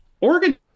Oregon